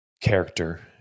character